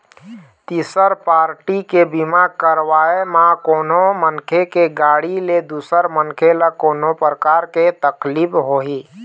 तिसर पारटी के बीमा करवाय म कोनो मनखे के गाड़ी ले दूसर मनखे ल कोनो परकार के तकलीफ होही